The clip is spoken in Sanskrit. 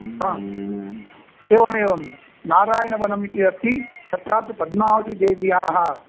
हा एवमेवं नारायणवनमिति अस्ति तत्रापि पद्मावतिदेव्याः